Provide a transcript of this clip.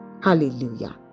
hallelujah